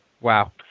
Wow